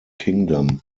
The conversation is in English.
kingdom